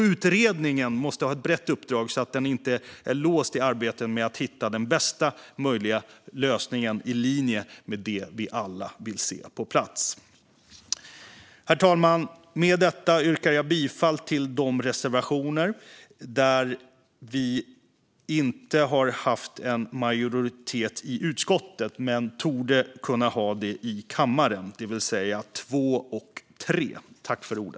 Utredaren måste ha ett brett uppdrag så att den inte är låst i arbetet att hitta den bästa möjliga lösningen i linje med det vi alla vill se komma på plats. Herr talman! Med detta yrkar jag bifall till de reservationer där vi inte har haft en majoritet i utskottet men torde kunna få det i kammaren, det vill säga reservationerna 2 och 3.